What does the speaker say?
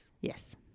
Yes